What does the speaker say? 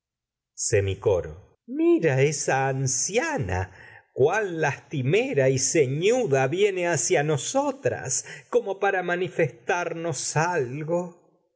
como mira esa cuan lastimera y ce viene hacia nosotras para manifestarnos algo